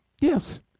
Yes